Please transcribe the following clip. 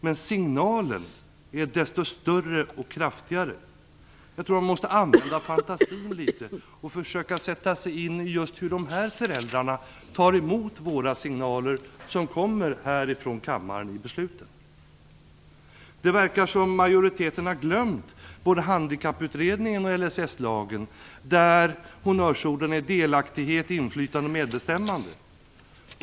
Men signalen är desto tydligare och kraftigare. Jag tror att vi måste använda fantasin och försöka att sätta oss in i hur just dessa föräldrar tar emot våra signaler som kommer här från kammaren i besluten. Det verkar som om majoriteten har glömt både handikapplagen och LSS, där honnörsorden är delaktighet, inflytande och medbestämmande.